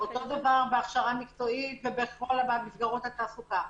אותו דבר בהכשרה מקצועית ובכל מסגרות התעסוקה.